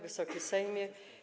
Wysoki Sejmie!